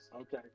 Okay